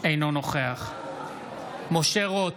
אינו נוכח משה רוט,